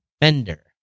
fender